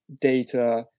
data